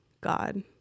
god